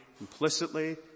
Implicitly